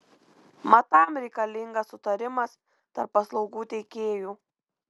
mat tam reikalingas sutarimas tarp paslaugų teikėjų